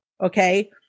okay